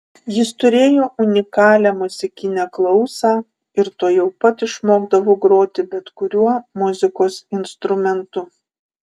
jis turėjo unikalią muzikinę klausą ir tuojau pat išmokdavo groti bet kuriuo muzikos instrumentu